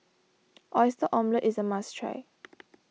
Oyster Omelette is a must try